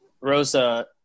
Rosa